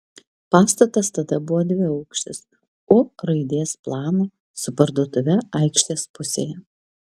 pastatas tada buvo dviaukštis u raidės plano su parduotuve aikštės pusėje